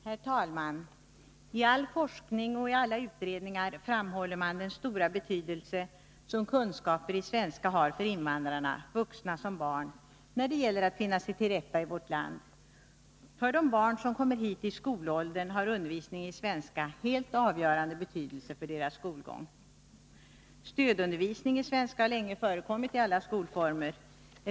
Herr talman! I all forskning och i alla utredningar framhåller man den stora betydelse som kunskaper i svenska har för invandrarna, vuxna och barn, när det gäller att finna sig till rätta i vårt land. För de barn som kommer hit i skolåldern har undervisningen i svenska helt avgörande betydelse för deras skolgång. Stödundervisning i svenska har länge förekommit i alla skolformer.